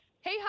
Hey